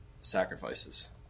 sacrifices